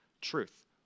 truth